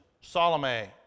Salome